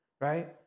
Right